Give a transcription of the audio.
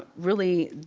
really,